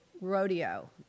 rodeo